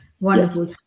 Wonderful